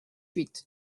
huit